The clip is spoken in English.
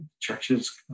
churches